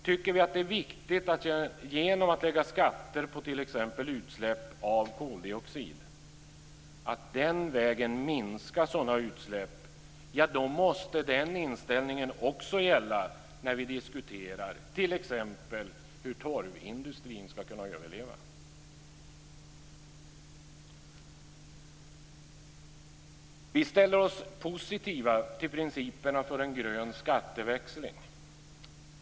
Tycker vi att det är viktigt att genom att lägga skatter på t.ex. utsläpp av koldioxid minska sådana utsläpp, måste den inställningen gälla också när vi diskuterar t.ex. hur torvindustrin ska kunna överleva. Vi ställer oss positiva till principerna för en grön skatteväxling.